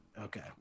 Okay